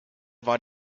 war